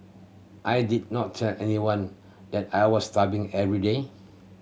I did not tell anyone that I was starving every day